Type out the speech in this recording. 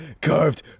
carved